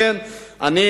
על כן,